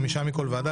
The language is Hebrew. חמישה מכל ועדה,